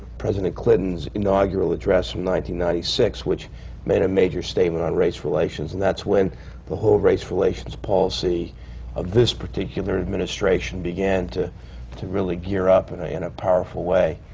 president clinton's inaugural address from one six, which made a major statement on race relations. and that's when the whole race relations policy of this particular administration began to to really gear up and ah in a powerful way.